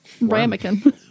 Ramekin